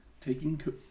taking